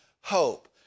hope